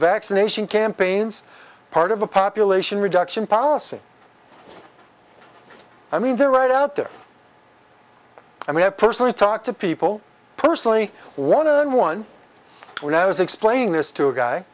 vaccination campaigns part of a population reduction policy i mean they're right out there i have personally talked to people personally one and one when i was explaining this to a guy